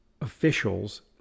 officials